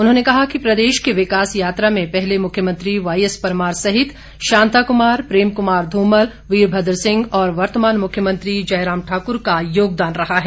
उन्होंने कहा कि प्रदेश की विकास यात्रा में पहले मुख्यमंत्री वाई एस परमार सहित शांताकुमार प्रेम कुमार धूमल वीरभद्र सिंह और वर्तमान मुख्यमंत्री जयराम ठाकुर का योगदान रहा है